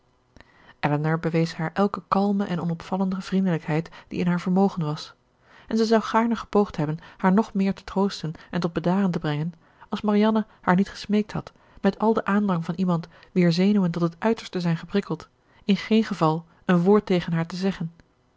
elinor bewees haar elke kalme en onopvallende vriendelijkheid die in haar vermogen was en zij zou gaarne gepoogd hebben haar nog meer te troosten en tot bedaren te brengen als marianne haar niet gesmeekt had met al den aandrang van iemand wier zenuwen tot het uiterste zijn geprikkeld in geen geval een woord tegen haar te zeggen